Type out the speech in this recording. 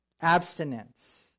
Abstinence